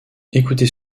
écoutez